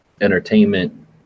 entertainment